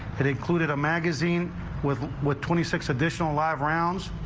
it included a magazine with what twenty six additional live rounds.